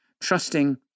trusting